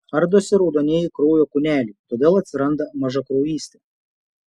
ardosi raudonieji kraujo kūneliai todėl atsiranda mažakraujystė